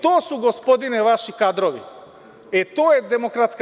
To su gospodine vaši kadrovi, e to je DS.